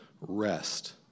rest